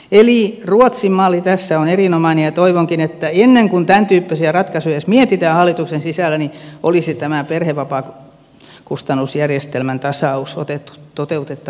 eli ruotsin malli tässä on erinomainen ja toivonkin että ennen kuin tämäntyyppisiä ratkaisuja edes mietitään hallituksen sisällä olisi tämä perhevapaakustannusjärjestelmän tasaus toteutettavien listalla